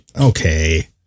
okay